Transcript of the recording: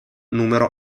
numero